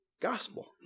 gospel